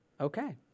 Okay